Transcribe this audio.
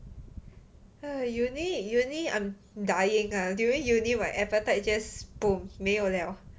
ugh uni uni I'm dying during uni my appetite just boom 没有 liao